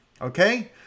okay